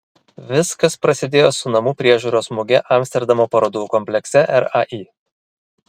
viskas prasidėjo su namų priežiūros muge amsterdamo parodų komplekse rai